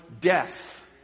death